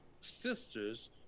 sisters